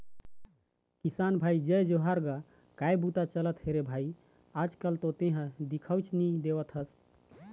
किसान भाई जय जोहार गा काय बूता चलत हे रे भई आज कल तो तेंहा दिखउच नई देवत हस?